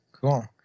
cool